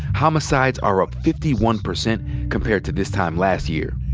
homicides are up fifty one percent compared to this time last year.